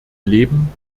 leben